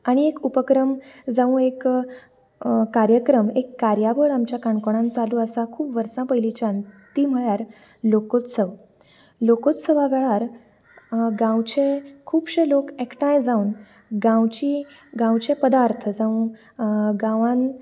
आनी एक उपक्रम जावं एक कार्यक्रम एक कार्यावळ आमच्या काणकोणांत चालूं आसा खूब वर्सा पयलींच्यान ती म्हळ्यार लोकोत्सव लोकोत्सवा वेळार गांवचे खुबशें लोक एकठांय जावन गांवची गांवचे पदार्थ जावं गांवांत